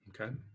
Okay